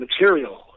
material